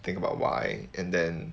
think about why and then